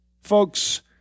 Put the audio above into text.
Folks